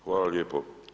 Hvala lijepo.